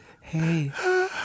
hey